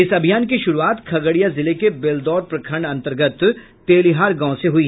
इस अभियान की शुरूआत खगड़िया जिले के बेलदौर प्रखंड अन्तर्गत तेलिहार गांव से हुई